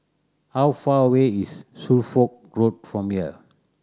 how far away is Suffolk Road from here